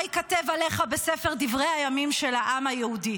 מה ייכתב עליך בספר דברי הימים של העם היהודי?